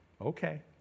Okay